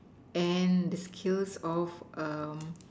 and the skills or